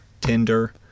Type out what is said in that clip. Tinder